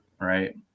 right